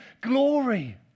glory